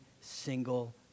single